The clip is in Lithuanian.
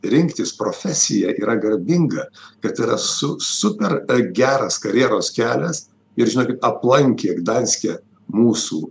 rinktis profesiją yra garbinga kad yra su super geras karjeros kelias ir žinokit aplankė gdanske mūsų